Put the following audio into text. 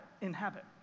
Inhabit